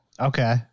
Okay